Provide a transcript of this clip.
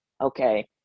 okay